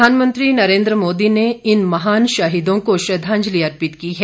प्रधानमंत्री नरेंद्र मोदी ने इन महान शहीदों को श्रद्वांजलि अर्पित की है